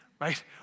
Right